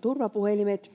turvapuhelimet.